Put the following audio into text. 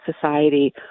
society